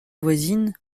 voisine